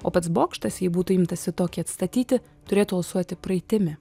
o pats bokštas jei būtų imtasi tokį atstatyti turėtų alsuoti praeitimi